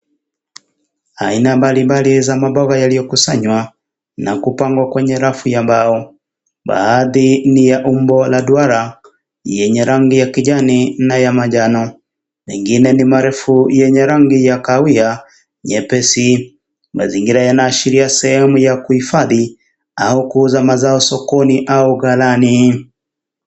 Aina mbali mbali za maboga yaliyo kusanywa na kupangwa kwenye rafu ya mbao baadhi ni ya umbo la duara yenye rangi ya kijani na manjano mengine ni marefu yenye rangi ya kahawia nyepesi. Mazingira yanaashiria sehemu ya kuhifadhi au kuuza mazao sokoni au galani.